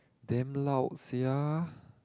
damn loud sia